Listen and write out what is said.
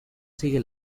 sigue